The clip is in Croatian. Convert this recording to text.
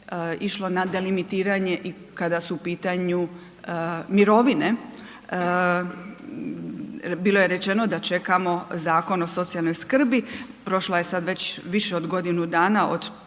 išlo na delimitiranje i kada su u pitanju mirovine, bilo je rečeno da čekamo Zakon o socijalnoj skrbi, prošlo je sad već više od godinu dana od tada